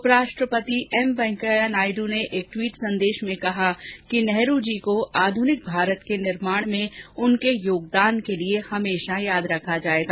उपराष्ट्रपति एम वेंकैया नायडू ने एक ट्वीट संदेश में कहा कि नेहरू जी को आध्रनिक भारत के निर्माण में उनके योगदान के लिए हमेशा याद रखा जायेगा